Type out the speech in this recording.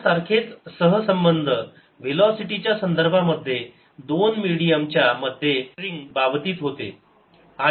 या सारखेच सहसंबंध विलोसिटीच्या संदर्भामध्ये दोन मिडीयम च्या मध्ये स्ट्रिंग च्या बाबतीत होते